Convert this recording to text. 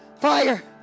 fire